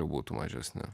būtų mažesni